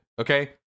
Okay